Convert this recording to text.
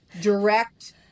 direct